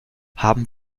haben